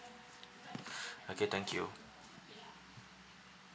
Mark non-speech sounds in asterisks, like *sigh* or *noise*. *breath* okay thank you